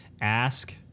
ask